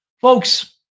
Folks